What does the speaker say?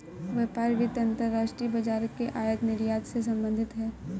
व्यापार वित्त अंतर्राष्ट्रीय बाजार के आयात निर्यात से संबधित है